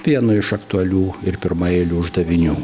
vienu iš aktualių ir pirmaeilių uždavinių